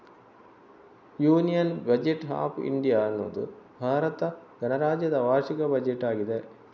union budget of India ಅನ್ನುದು ಭಾರತ ಗಣರಾಜ್ಯದ ವಾರ್ಷಿಕ ಬಜೆಟ್ ಆಗಿದೆ